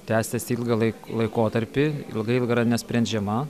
tęsiasi ilgą laik laikotarpį ilgai yra nesprendžiama